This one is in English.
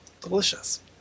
delicious